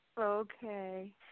Okay